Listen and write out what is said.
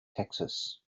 texas